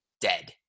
dead